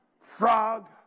frog